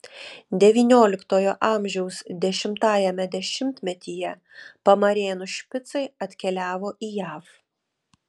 devynioliktojo amžiaus dešimtajame dešimtmetyje pamarėnų špicai atkeliavo į jav